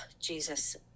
Jesus